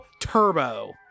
Turbo